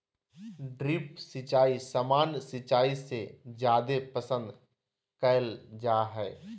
drip सिंचाई सामान्य सिंचाई से जादे पसंद कईल जा हई